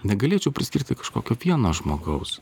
negalėčiau priskirti kažkokio vieno žmogaus